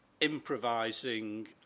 improvising